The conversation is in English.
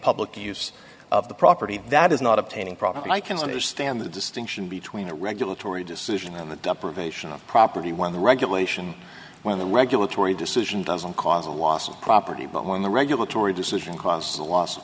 public use of the property that is not obtaining probably i can understand the distinction between a regulatory decision and the deprivation of property when the regulation when the regulatory decision doesn't cause a loss of property but when the regulatory decision costs the la